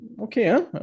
Okay